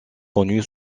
connue